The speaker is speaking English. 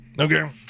Okay